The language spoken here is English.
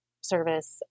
service